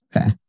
Okay